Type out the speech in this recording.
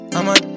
I'ma